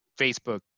Facebook